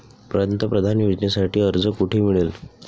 पंतप्रधान योजनेसाठी अर्ज कुठे मिळेल?